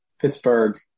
Pittsburgh